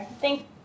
Thank